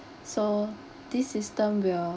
so this system will